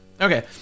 Okay